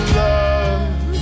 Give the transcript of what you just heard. love